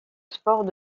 sports